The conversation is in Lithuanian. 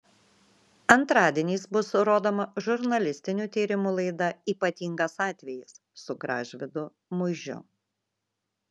antradieniais bus rodoma žurnalistinių tyrimų laida ypatingas atvejis su gražvydu muižiu